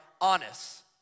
honest